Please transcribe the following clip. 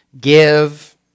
give